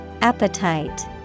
Appetite